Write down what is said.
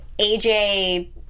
AJ